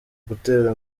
gutera